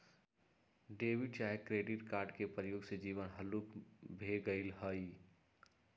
debit चाहे credit card के प्रयोग से जीवन हल्लुक भें गेल हइ